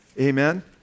amen